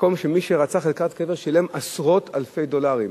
מקום שמי שרצה חלקת קבר, שילם עשרות אלפי דולרים,